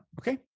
Okay